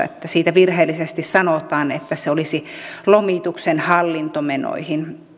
että siitä virheellisesti sanotaan että se olisi lomituksen hallintomenoihin